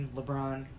LeBron